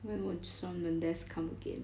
when would shawn mendes come again